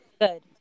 Good